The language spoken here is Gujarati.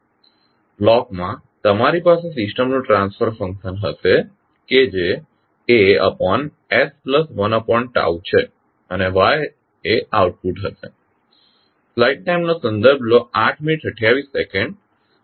બ્લોકમાં તમારી પાસે સિસ્ટમનું ટ્રાન્સફર ફંક્શન હશે કે જે As1છે અને Y એ આઉટપુટ હશે